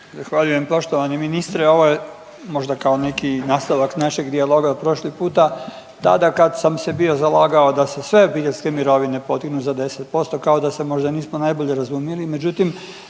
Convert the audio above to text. Zahvaljujem poštovani ministre. Ovo je možda kao neki nastavak našeg dijaloga od prošli puta. Tada kad sam se bio zalagao da se sve obiteljske mirovine podignu za 10% kao da se možda nismo najbolje razumjeli,